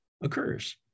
occurs